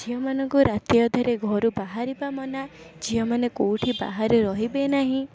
ଝିଅମାନଙ୍କୁ ରାତି ଅଧରେ ଘରୁ ବାହାରିବା ମନା ଝିଅମାନେ କେଉଁଠି ବାହାରେ ରହିବେ ନାହିଁ